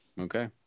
Okay